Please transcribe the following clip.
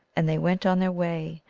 and they went on their way,